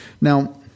Now